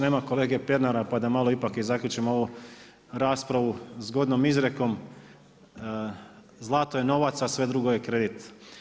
Nema kolege Pernara pa da malo ipak i zaključimo ovu raspravu zgodnom izrekom, zlato je novac, a sve drugo je kredit.